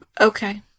okay